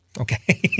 Okay